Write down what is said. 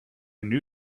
knew